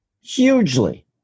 hugely